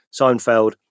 seinfeld